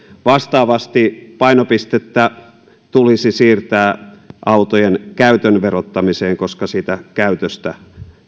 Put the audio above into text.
vastaavasti painopistettä tulisi siirtää autojen käytön verottamiseen koska siitä käytöstä